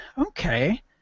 Okay